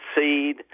seed